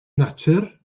natur